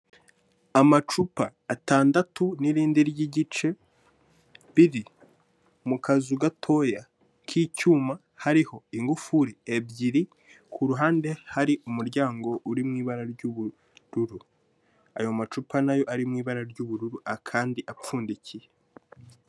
Amacupa atandatu n'irindi ry'igice, biri mu kazu gatoya k'icyuma, hariho ingufuri ebyiri, kuruhande hari umuryango uri mu ibara ry'uburururu; ayo macupa na yo ari mu ibara ry'ubururu akandi apfundikiye.